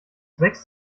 wächst